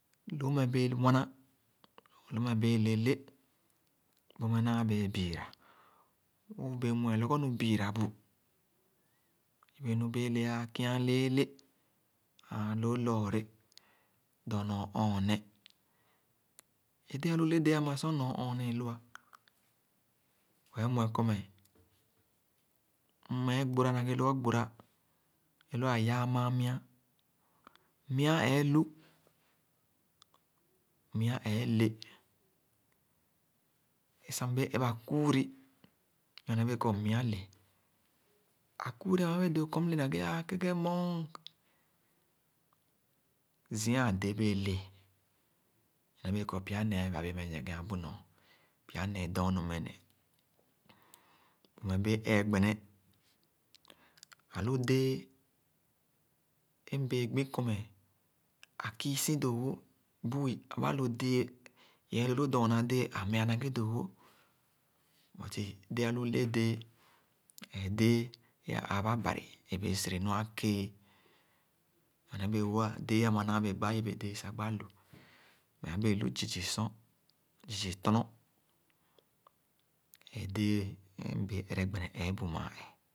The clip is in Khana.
Lõõ-me bẽẽ-lu wana, loo-me bẽẽ lele, bu-me nãã bẽẽ biirã, mmbẽẽ mue lɔgɔnu biirã-bu. Yibe- nu bẽẽ-le ãã kialeele, ãã lõõ lɔre dɔr nyor-ɔɔneh. É dẽẽ alule déé àma sor nyor-ɔɔneh ẽ-lua, wee muekɔ-me, mm-meh gborà na ghe lɔgɔ gborà ẽ loo ã yàà maa mya. Mya ẽẽ-lu, mya ẽẽ-le, é-sah mbee-ep akuuri, nyone-bèèkɔ mya le. Akuuri àma bẽẽ doo na ghe kɔ mle ãã keghe-mɔng. Zia ãde bẽẽ le nɔr be kɔ pya-nee bã bẽẽ meh nyiegea bu nyor, pya-nẽẽ dɔnu meh ne. Bu-me bẽẽ ẽẽ gbene. Alu déé é mbèẽgbi kɔ me-akiisi doo-wo, buu, ãba lo dẽẽ, ahu loo dorna dẽé, amea na ghe doo-wo, but-i déé alu le déé ẽẽ déé a ãã-ba. Bari, ẽ bẽẽ sere nua-kéé, nyorne bẽẽ-wo, dẽé àma naa bẽẽ gba yibe-déé sah gba-lu, meh ã bẽẽ lu zii zii sor, zii zii tɔnɔ. Ẽẽ dẽé é mbẽẽ ẽrẽ gbene ẽẽ-bu maa-ẽẽ.